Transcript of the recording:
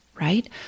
right